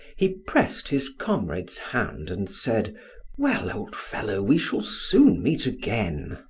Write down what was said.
he pressed his comrade's hand and said well, old fellow, we shall soon meet again.